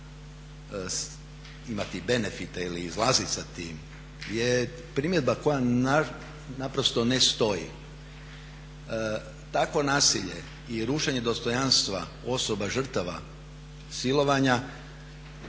imati benefite ili izlaziti sa tim je primjedba koja naprosto ne stoji. Takvo nasilje i rušenje dostojanstva, osoba, žrtava silovanja